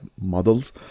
Models